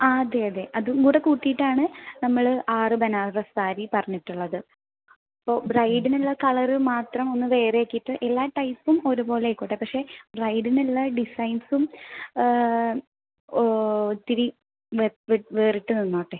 ആ അതെ അതെ അതും കൂടെ കൂട്ടീട്ടാണ് നമ്മൾ ആറ് ബനാറസ് സാരി പറഞ്ഞിട്ടുള്ളത് അപ്പോൾ ബ്രൈഡിനുള്ള കളറ് മാത്രം ഒന്ന് വേറെയാക്കീട്ട് എല്ലാ ടൈപ്പും ഒരു പോലെ ആയിക്കോട്ടെ പക്ഷേ ബ്രൈഡിനുള്ള ഡിസൈൻസും ഒത്തിരി വേ വേറിട്ട് നിന്നോട്ടെ